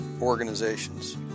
organizations